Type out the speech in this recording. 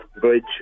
Bridge